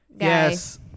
Yes